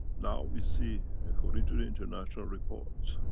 now we see, according to the international reports,